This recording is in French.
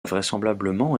vraisemblablement